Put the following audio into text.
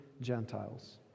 Gentiles